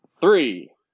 Three